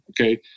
Okay